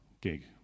gig